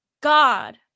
God